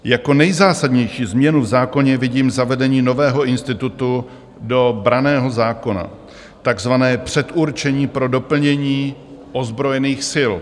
Jako nejzásadnější změnu v zákoně vidím zavedení nového institutu do branného zákona, takzvaného předurčení pro doplnění ozbrojených sil.